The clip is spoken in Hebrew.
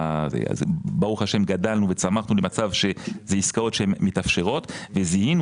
ברוך השם גדלנו וצמחנו למצב שאלה עסקאות שמתאפשרות וזיהינו